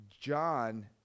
John